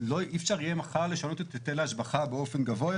אי אפשר יהיה מחר לשנות את היטל ההשבחה באופן גבוה יותר.